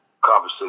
conversation